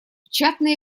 печатные